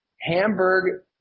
Hamburg